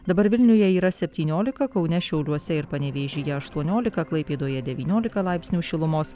dabar vilniuje yra septyniolika kaune šiauliuose ir panevėžyje aštuoniolika klaipėdoje devyniolika laipsnių šilumos